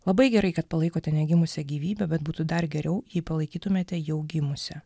labai gerai kad palaikote negimusią gyvybę bet būtų dar geriau jei palaikytumėte jau gimusią